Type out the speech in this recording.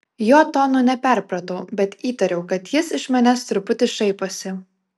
jo tono neperpratau bet įtariau kad jis iš manęs truputį šaiposi